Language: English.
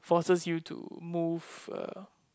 forces you to move uh